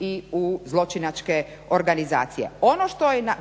i u zločinačke organizacije.